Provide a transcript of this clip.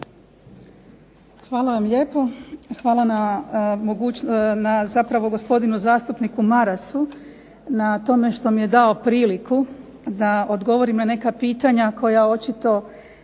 Hvala vam lijepo. Hvala na, zapravo gospodinu zastupniku Marasu na tome što mi je dao priliku da odgovorim na neka pitanja koja očito